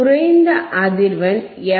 குறைந்த அதிர்வெண் எஃப்